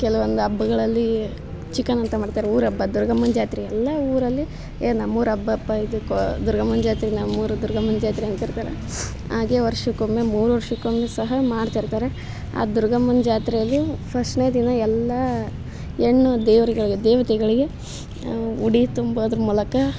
ಕೆಲವೊಂದು ಹಬ್ಬಗಳಲ್ಲಿ ಚಿಕನ್ ಊಟ ಮಾಡ್ತಾರೆ ಊರ ಹಬ್ಬ ದುರ್ಗಮ್ಮನ ಜಾತ್ರೆ ಎಲ್ಲ ಊರಲ್ಲಿ ಏಯ್ ನಮ್ಮೂರ ಹಬ್ಬ ಅಪ್ಪ ಇದು ಕ ದುರ್ಗಮ್ಮನ ಜಾತ್ರೆ ನಮ್ಮೂರ ದುರ್ಗಮ್ಮನ ಜಾತ್ರೆ ಅಂತಿರ್ತಾರೆ ಹಾಗೆ ವರ್ಷಕ್ಕೊಮ್ಮೆ ಮೂರು ವರ್ಷಕ್ಕೊಮ್ಮೆ ಸಹ ಮಾಡ್ತಿರ್ತಾರೆ ಆ ದುರ್ಗಮ್ಮನ ಜಾತ್ರೆಯಲ್ಲಿ ಫಸ್ಟ್ನೇ ದಿನ ಎಲ್ಲ ಹೆಣ್ಣು ದೇವ್ರುಗಳಿಗ್ ದೇವತೆಗಳಿಗೆ ಉಡಿ ತುಂಬೋದ್ರ ಮೂಲಕ